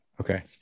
Okay